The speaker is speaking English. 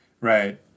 Right